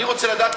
אני רוצה לדעת,